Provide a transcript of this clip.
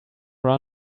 run